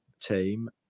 team